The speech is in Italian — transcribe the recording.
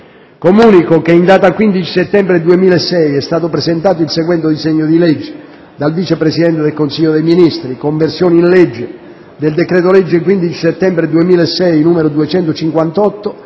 Comunico che, in data 15 settembre 2006, è stato presentato il seguente disegno di legge: *dal Vice presidente del Consiglio dei ministri:* «Conversione in legge del decreto-legge 15 settembre 2006, n. 258,